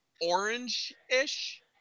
orange-ish